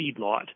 feedlot